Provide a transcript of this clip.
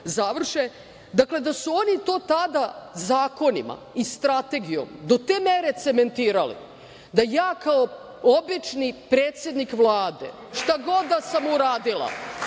završe. Dakle, da su oni to tada zakonima i Strategijom do te mere cementirali da ja kao obični predsednik Vlade šta god da sam uradila